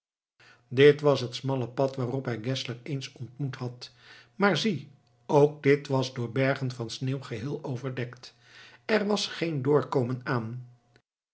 dit was het smalle pad waarop hij geszler eens ontmoet had maar zie ook dit was door bergen van sneeuw geheel overdekt er was geen doorkomen aan